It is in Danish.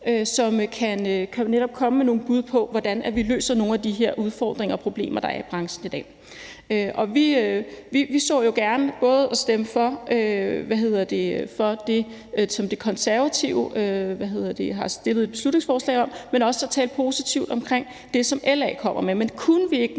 som kan komme med nogle bud på, hvordan vi løser nogle af de her udfordringer og problemer, der er i branchen i dag. Og vi synes jo både, at man kan stemme for det beslutningsforslag, som De Konservative har fremsat, og at man også kan tale positivt om det, som LA kommer med.